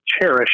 cherish